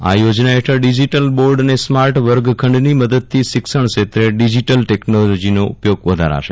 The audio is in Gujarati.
આ યોજના હેઠળ ડિજીટલ બોર્ડ અને સ્માર્ટ વર્ગખંડની મદદથી શિક્ષણ ક્ષેત્રે ડિજીટલ ટેકનોલોજીનો ઉપયોગ વધારાશે